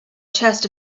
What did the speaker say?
chest